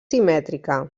simètrica